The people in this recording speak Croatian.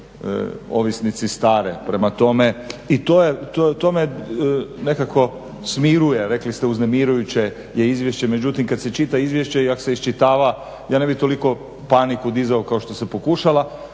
Ovisnici stare, prema tome i to me nekako smiruje, rekli ste uznemirujuće je izvješće, međutim kad se čita izvješće i ako se iščitava ja ne bih toliko paniku dizao kao što se pokušalo.